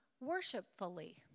worshipfully